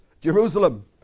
Jerusalem